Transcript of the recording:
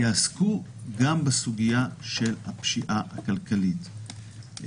יעסקו גם בסוגיה של הפשיעה הכלכלית.